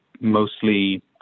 mostly